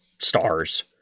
Stars